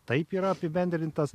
taip yra apibendrintas